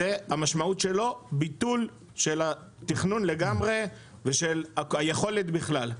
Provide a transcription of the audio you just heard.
המשמעות שלו ביטול של התכנון לגמרי ושל היכולת בכלל.